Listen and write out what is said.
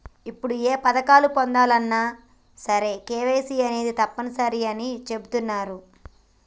ఇప్పుడు ఏ పథకం పొందాలన్నా సరే కేవైసీ అనేది తప్పనిసరి అని చెబుతున్నరు